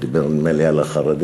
הוא דיבר נדמה לי על החרדים,